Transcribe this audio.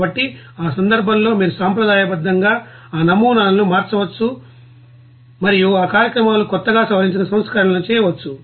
కాబట్టి ఆ సందర్భంలో మీరు సంప్రదాయబద్ధంగా ఆ నమూనాలను మార్చవచ్చు మరియు ఆ కార్యక్రమాల కొత్తగా సవరించిన సంస్కరణలను చేయవచ్చు